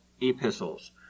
epistles